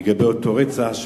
לגבי אותו רצח?